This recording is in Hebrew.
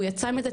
הוא יצא מזה,